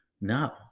No